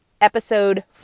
episode